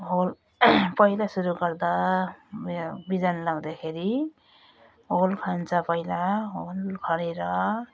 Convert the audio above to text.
whole पहिला सुरु गर्दा यो बिजन लगाउँदाखेरि होल खन्छ पहिला होल खनेर